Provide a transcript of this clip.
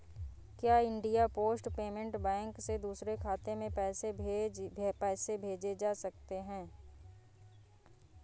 क्या India post payment bank से दूसरे खाते में पैसे भेजे जा सकते हैं?